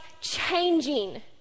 changing